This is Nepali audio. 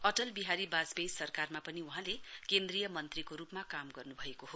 अटल बिहारी बाजपेयी सरकारमा पनि वहाँले केन्द्रीय मन्त्रीको रूपमा काम गर्नुभएको हो